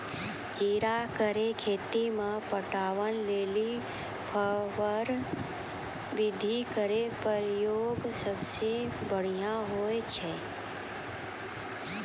जीरा केरो खेती म पटवन लेलि फव्वारा विधि केरो प्रयोग सबसें बढ़ियां होय छै